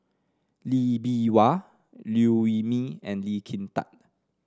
Lee Bee Wah Liew Wee Mee and Lee Kin Tat